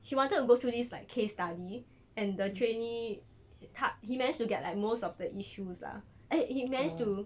she wanted to go through this like case study and the trainee 他 he managed to get like most of the issues lah he he manage to